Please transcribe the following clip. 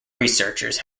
researchers